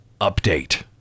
update